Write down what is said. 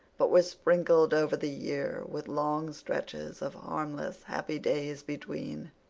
but were sprinkled over the year, with long stretches of harmless, happy days between,